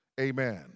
Amen